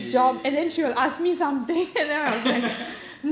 eh